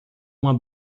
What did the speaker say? uma